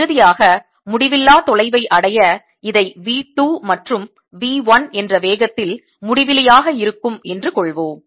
இறுதியாக முடிவில்லா தொலைவை அடைய இதை v 2 மற்றும் v 1 என்ற வேகத்தில் முடிவிலியாக இருக்கும் என்று கொள்வோம்